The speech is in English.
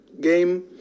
game